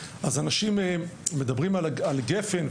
אנשים מדברים על תוכנית גפ"ן,